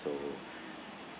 so